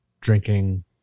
drinking